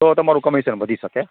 તો તમારું કમિશન વધી સકે